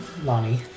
Lonnie